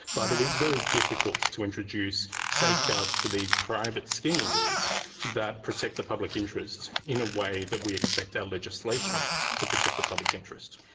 but it is very difficult to introduce safeguards to these private schemes that protect the public interest in a way that we expect our legislation to protect the public interest.